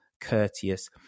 courteous